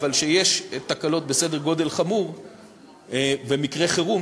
אבל כשיש תקלות בסדר גודל חמור ומקרי חירום,